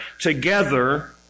together